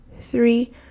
three